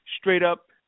straight-up